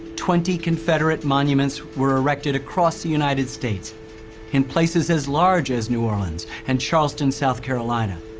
twenty confederate monuments were erected across the united states in places as large as new orleans and charleston, south carolina,